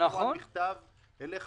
חתומים על מכתב אליך,